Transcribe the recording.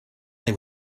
they